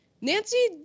Nancy